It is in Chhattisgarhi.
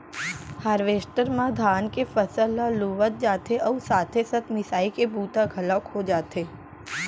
हारवेस्टर म धान के फसल ल लुवत जाथे अउ साथे साथ मिसाई के बूता घलोक हो जाथे